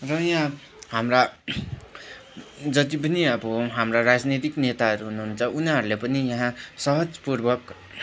र यहाँ हाम्रा जति पनि अब हाम्रा राजनीतिक नेताहरू हुनुहुन्छ उनीहरूले पनि यहाँ सहजपूर्वक